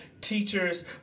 teachers